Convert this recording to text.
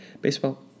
Baseball